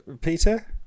peter